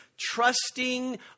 trusting